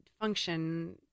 function